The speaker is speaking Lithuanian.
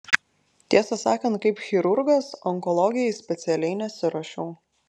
tiesą sakant kaip chirurgas onkologijai specialiai nesiruošiau